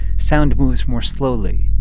sound moves more slowly,